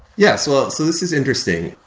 yeah so so this is interesting.